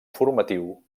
formatiu